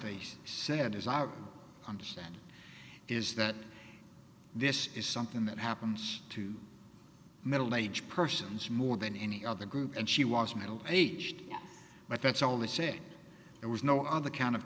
face said as i understand is that this is something that happens to middle aged persons more than any other group and she was middle aged but that's only say there was no other kind of